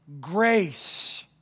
grace